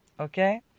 Okay